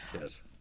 yes